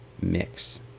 mix